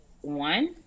one